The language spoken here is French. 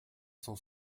cent